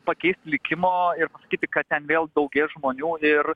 pakeist likimo ir pasakyti kad ten vėl daugės žmonių ir